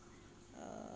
uh